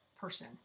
person